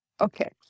Okay